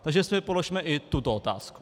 Takže si položme i tuto otázku.